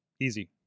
Easy